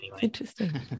interesting